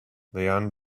leanne